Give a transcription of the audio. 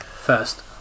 first